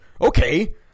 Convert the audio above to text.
Okay